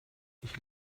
ich